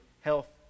health